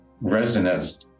resonance